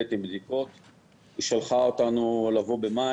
מוגבלת עם בדיקות,